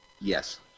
Yes